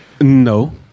No